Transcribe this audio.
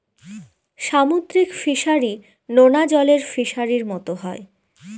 সামুদ্রিক ফিসারী, নোনা জলের ফিসারির মতো হয়